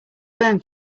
burned